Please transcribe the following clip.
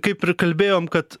kaip ir kalbėjom kad